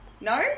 No